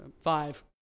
five